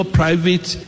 private